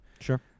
Sure